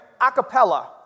Acapella